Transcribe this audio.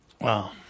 Wow